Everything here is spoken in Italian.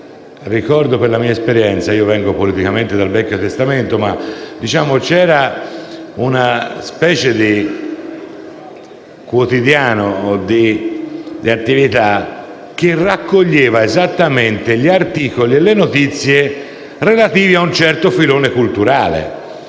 notizie, nella mia esperienza (e io vengo politicamente dal "Vecchio Testamento"), ricordo una specie di quotidiano, di attività, che raccoglieva esattamente articoli e notizie relative a un certo filone culturale.